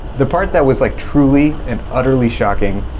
the part that was, like, truly and utterly shocking,